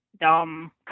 dumb